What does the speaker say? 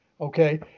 okay